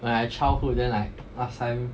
my childhood then like last time